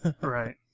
Right